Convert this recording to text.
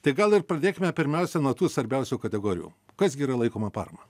tai gal ir pradėkime pirmiausia nuo tų svarbiausių kategorijų kas gi yra laikoma parama